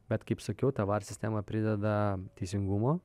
bet kaip sakiau ta var sistema prideda teisingumo